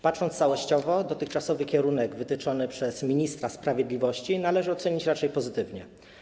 Patrząc całościowo, dotychczasowy kierunek wytyczony przez ministra sprawiedliwości należy ocenić raczej pozytywnie.